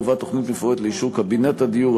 הובאה תוכנית מפורטת לאישור קבינט הדיור,